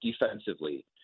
defensively